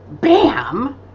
bam